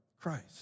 Christ